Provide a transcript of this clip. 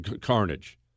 carnage